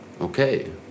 Okay